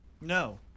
No